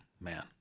man